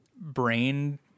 brain